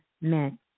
meant